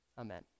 Amen